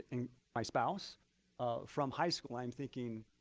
and my spouse from high school. i'm thinking,